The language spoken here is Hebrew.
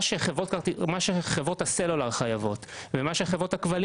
מה שחברות הסלולר חייבות ומה שחברות הכבלים